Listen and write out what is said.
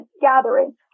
gathering